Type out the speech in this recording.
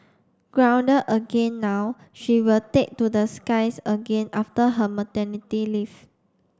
grounded again now she will take to the skies again after her maternity leave